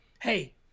hey